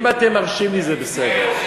אם אתם מרשים לי זה בסדר.